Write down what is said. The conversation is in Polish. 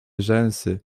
rzęsy